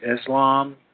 Islam